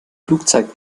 flugzeit